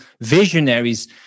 visionaries